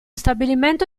stabilimento